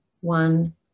one